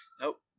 Nope